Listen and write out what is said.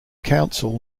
council